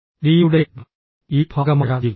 ഡിയുടെ ഈ ഭാഗമായ ജി